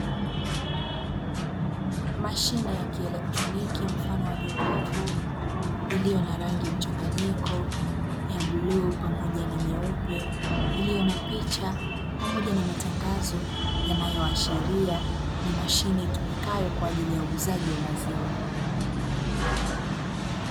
Mashine ya kielektroniki mfano wa jokofu, iliyo na rangi mchanganyiko ya bluu pamoja na nyeupe, iliyo na picha pamoja na matangazo yanayoashiria ni mashine itumikayo kwaajili ya uuzaji wa maziwa.